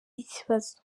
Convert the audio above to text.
ikibazo